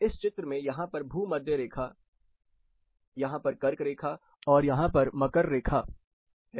इस चित्र में यहां पर है भू मध्य रेखा यहां पर कर्क रेखा और यहां मकर रेखा है